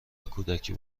کودکی